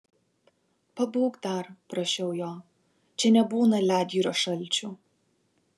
pabūk dar prašiau jo čia nebūna ledjūrio šalčių